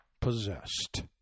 possessed